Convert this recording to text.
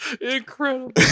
Incredible